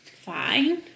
Fine